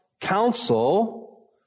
counsel